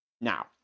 Now